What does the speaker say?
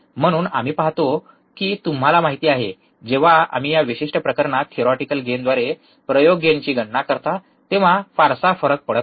म्हणून आम्ही पाहतो की तुम्हाला माहिती आहे जेव्हा आम्ही या विशिष्ट प्रकरणात थेरिओटिकल गेनद्वारे प्रयोग गेनची गणना करतो तेव्हा फारसा फरक पडत नाही